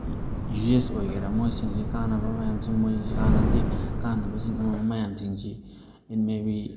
usage ꯑꯣꯏꯒꯦꯔꯥ ꯃꯣꯏꯁꯤꯡꯁꯦ ꯀꯥꯟꯅꯕ ꯃꯌꯥꯝ ꯃꯣꯏꯁꯤ ꯍꯥꯟꯅꯗꯤ ꯀꯥꯟꯅꯕꯁꯤꯡ ꯑꯃ ꯑꯃ ꯃꯌꯥꯝꯁꯤꯡꯁꯤ ꯏꯠ ꯃꯦꯕꯤ